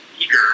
eager